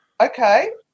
okay